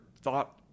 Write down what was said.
thought